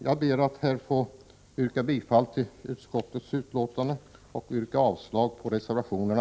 Jag ber att få yrka bifall till hemställan i utskottsbetänkandet och avslag på reservationerna.